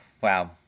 Wow